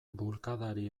bulkadari